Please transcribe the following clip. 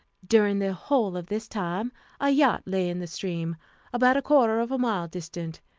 during the whole of this time a yacht lay in the stream about a quarter of a mile distant,